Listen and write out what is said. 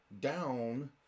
down